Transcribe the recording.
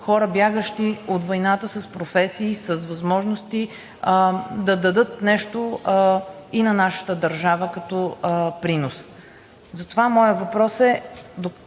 хора, бягащи от войната, с професии, с възможности да дадат нещо и на нашата държава като принос. Затова моят въпрос е: